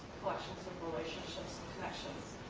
collections of relationships connections.